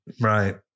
Right